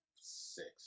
six